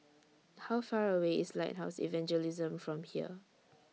How Far away IS Lighthouse Evangelism from here